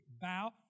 Bow